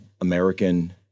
American